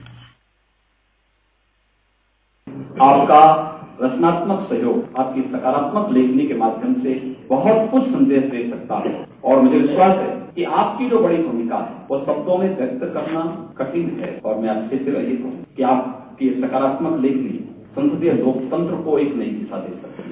bite आपका रचनात्मक सहयोग आपकी सकारात्मक लेखनी के माध्यम से बहुत कुछ संदेश दे सकती है और मुझे विश्वास है कि जो आपकी बड़ी भूमिका है वह शब्दों में व्यक्त करना कठिन है और मैं आपसे केवल यही कहूंगा कि आपकी सकारात्मक लेखनी संसदीय लोकतंत्र को एक नई दिशा दे सकती है